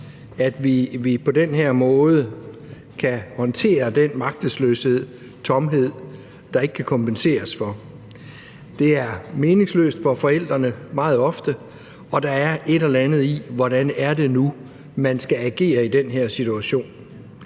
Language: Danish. at vi på den her måde kan håndtere den magtesløshed, tomhed, der ikke kan kompenseres for. Meget ofte er det meningsløst for forældrene, og der er et eller andet med, hvordan det nu er, man skal agere i den her situation.